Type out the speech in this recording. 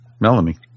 Melanie